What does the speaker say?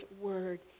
word